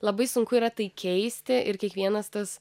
labai sunku yra tai keisti ir kiekvienas tas